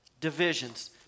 divisions